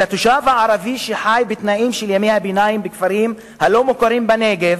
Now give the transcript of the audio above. התושב הערבי שחי בתנאים של ימי הביניים בכפרים הלא-מוכרים בנגב,